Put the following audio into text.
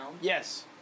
Yes